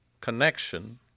connection